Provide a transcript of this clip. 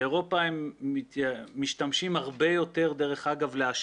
דרך אגב, באירופה הם משתמשים הרבה יותר להשבה.